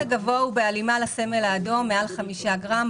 המס הגבוה הוא בהלימה לסמל האדום, מעל 5 גרם.